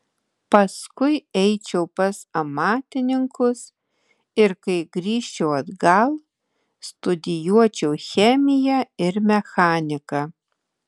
paskui eičiau pas amatininkus ir kai grįžčiau atgal studijuočiau chemiją ir mechaniką